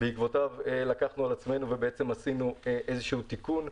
בעקבותיו עשינו איזשהו תיקון,